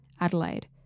Adelaide